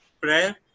prayer